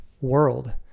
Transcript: world